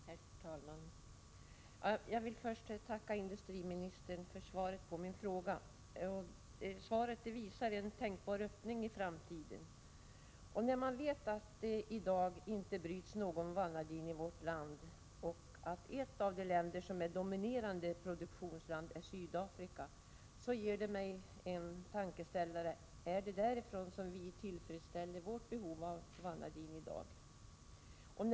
Herr talman! Jag vill först tacka industriministern för svaret på min fråga. Svaret visar på en tänkbar öppning i framtiden. När man vet att det i dag inte bryts någon vanadin i vårt land och att ett land av de länder som är produktionsdominerande är Sydafrika, så ger det mig en tankeställare; är det därifrån som vi i dag tillfredsställer vårt behov av vanadin?